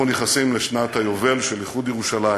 אנחנו נכנסים לשנת היובל של איחוד ירושלים.